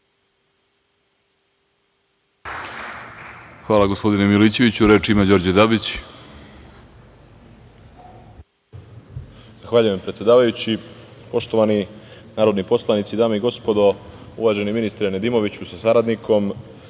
Hvala, gospodine Milićeviću. Reč ima Đorđe Dabić. **Đorđe Dabić** Zahvaljujem predsedavajući. Poštovani narodni poslanici, dame i gospodo, uvaženi ministre Nedimoviću sa saradnikom,